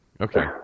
Okay